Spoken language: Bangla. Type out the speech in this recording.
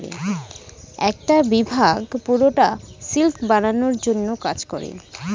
একটা বিভাগ পুরোটা সিল্ক বানানোর জন্য কাজ করে